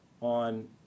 on